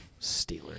Steelers